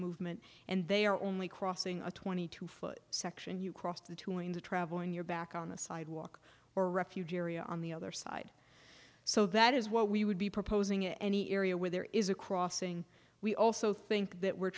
movement and they are only crossing a twenty two foot section you cross between the traveling your back on the sidewalk or refugee area on the other side so that is what we would be proposing any area where there is a crossing we also think that were